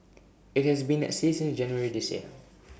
IT has been at sea since January this year